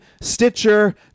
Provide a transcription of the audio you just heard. Stitcher